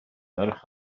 ferch